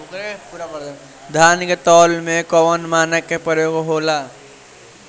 धान के तौल में कवन मानक के प्रयोग हो ला?